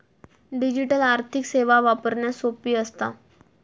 digital आर्थिक सेवा वापरण्यास सोपी असता